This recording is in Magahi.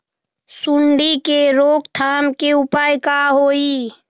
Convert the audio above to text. सूंडी के रोक थाम के उपाय का होई?